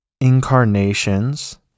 incarnations